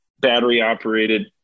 battery-operated